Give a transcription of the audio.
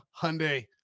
hyundai